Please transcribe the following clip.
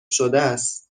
شدس